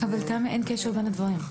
אבל תמי, אין קשר בין הדברים.